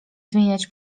zmieniać